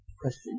Question